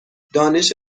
دانش